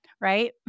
right